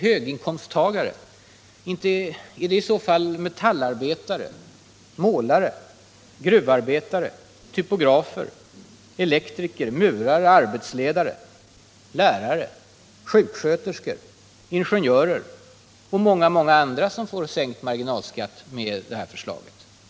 Höginkomsttagare — är det i så fall metallarbetare, målare, gruvarbetare, typografer, elektriker, murare, arbetsledare, lärare, sjuksköterskor, ingenjörer och många andra kategorier som får sänkt marginalskatt med det här förslaget?